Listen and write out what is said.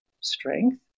strength